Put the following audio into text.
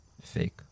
fake